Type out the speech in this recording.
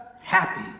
happy